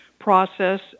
process